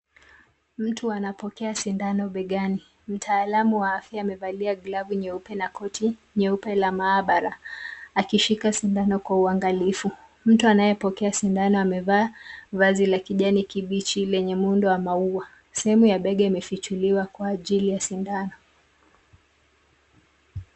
Mtu anapokea sindano begani. Mtaalamu wa afya amevalia glavu nyeupe na koti nyeupe la maabara, akishika sindano kwa uangalifu. Mtu anayepokea sindano amevaa vazi la kijani kibichi lenye muundo wa maua. Sehemu ya bega imefichuliwa kwa ajili ya sindano.